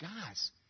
Guys